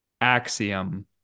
Axiom